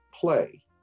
play